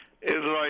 Israel